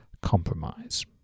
compromise